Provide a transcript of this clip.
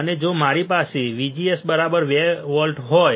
અને જો મારી પાસે VGS 2 વોલ્ટ હોય